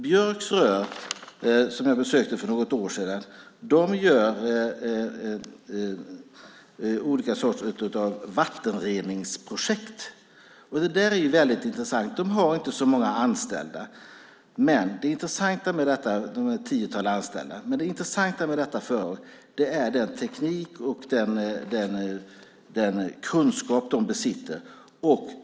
Björks Rostfria sysslar med olika sorters vattenreningsprojekt. Det är väldigt intressant. De har inte så många anställda, ett tiotal. Med det intressanta med detta företag är den teknik och den kunskap som de besitter.